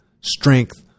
strength